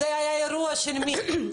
זה היה אירוע של מי?